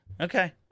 Okay